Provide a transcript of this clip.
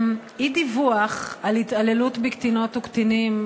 אי-דיווח על התעללות בקטינות או קטינים,